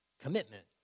commitment